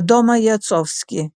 adomą jacovskį